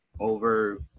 Over